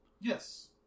Yes